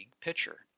pitcher